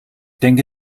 denke